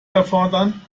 erfordern